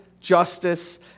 justice